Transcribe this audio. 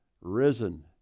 risen